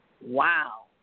wow